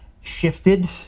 shifted